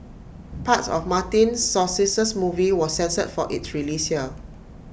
parts of Martin Scorsese's movie was censored for its release here